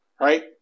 right